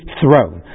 throne